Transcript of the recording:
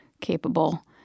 capable